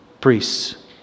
priests